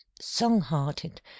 song-hearted